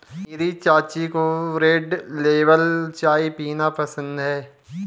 मेरी चाची को रेड लेबल चाय पीना पसंद है